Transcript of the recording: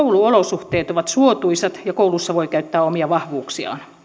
kouluolosuhteet ovat suotuisat ja koulussa voi käyttää omia vahvuuksiaan